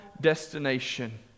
destination